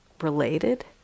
related